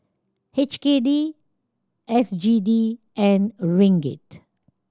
H K D S G D and Ringgit